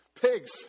Pigs